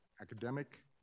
academic